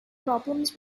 problems